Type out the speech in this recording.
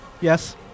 Yes